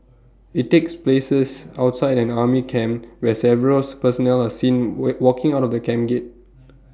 IT takes places outside an army camp where several personnel are seen we walking out of the camp gate